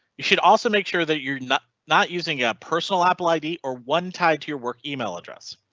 you should also make sure that you're not not using a personal apple id or one tide to your work email address.